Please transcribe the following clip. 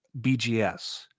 BGS